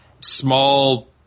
Small